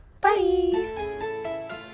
Bye